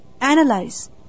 analyze